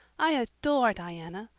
i adore diana.